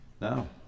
No